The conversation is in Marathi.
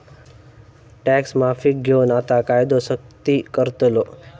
टॅक्स माफीक घेऊन आता कायदो सख्ती करतलो